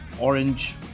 orange